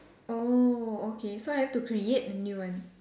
oh okay so I have to create a new one